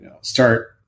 start